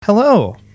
Hello